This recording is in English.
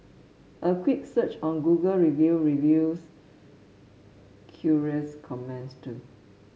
a quick search on Google Review reveals curious comments too